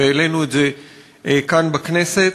והעלינו את זה כאן בכנסת,